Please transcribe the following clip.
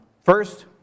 First